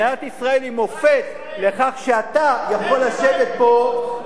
מדינת ישראל היא מופת לכך שאתה יכול לשבת פה,